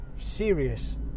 serious